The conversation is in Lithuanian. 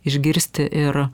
išgirsti ir